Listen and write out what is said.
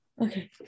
okay